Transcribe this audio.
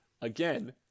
again